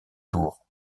tours